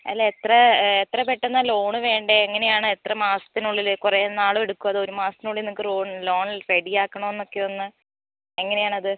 അല്ല എത്ര എത്ര പെട്ടെന്ന് ആണ് ലോൺ വേണ്ടത് എങ്ങനെയാണ് എത്ര മാസത്തിനുള്ളിൽ കുറേ നാൾ എടുക്കുമോ അതോ ഒരു മാസത്തിനുള്ളിൽ നിങ്ങൾക്ക് രോൺ ലോൺ റെഡി ആക്കണോ എന്നൊക്കെ ഒന്ന് എങ്ങനെയാണത്